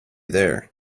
there